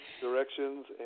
directions